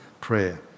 prayer